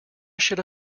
should